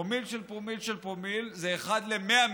פרומיל של פרומיל של פרומיל זה אחד ל-100 מיליון.